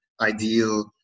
ideal